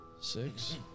Six